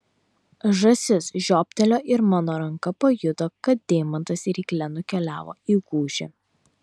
žąsis žioptelėjo ir mano ranka pajuto kad deimantas rykle nukeliavo į gūžį